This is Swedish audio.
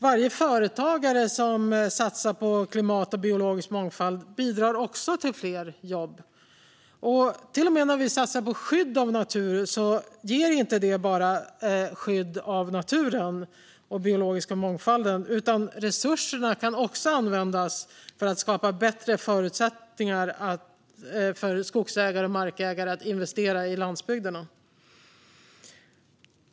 Varje företagare som satsar på klimat och biologisk mångfald bidrar också till fler jobb. Genom satsningar på naturskydd skyddar vi inte bara naturen och den biologiska mångfalden. Resurserna kan också användas för att skapa bättre förutsättningar för skogsägare och markägare att investera i landsbygdsutveckling.